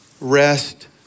rest